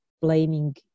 blaming